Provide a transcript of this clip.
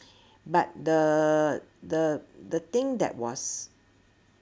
but the the the thing that was